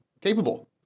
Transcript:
capable